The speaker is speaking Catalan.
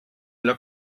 allò